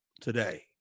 today